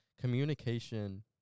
communication